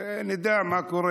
שנדע מה קורה.